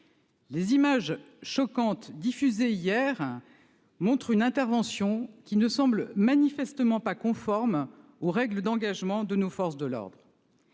Les images choquantes diffusées hier montrent une intervention qui ne semble manifestement pas conforme aux règles d'engagement de nos forces de l'ordre.